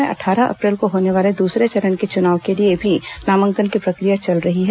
प्रदेश में अट्ठारह अप्रैल को होने वाले दूसरे चरण के चुनाव के लिए भी नामांकन की प्रक्रिया चल रही है